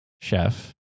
chef